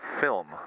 film